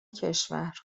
کشور